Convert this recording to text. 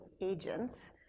agents